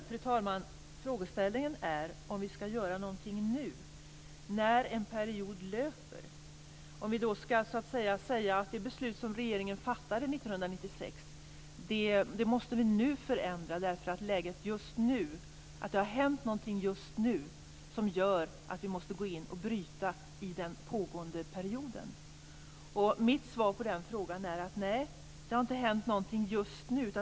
Fru talman! Frågeställningen är om vi skall göra någonting nu, när en period löper. Skall vi säga att vi nu måste förändra det beslut som regeringen fattade 1996 därför att det har hänt någonting just nu som gör att vi måste gå in och bryta i den pågående perioden? Mitt svar på den frågan är nej. Det har inte hänt någonting just nu.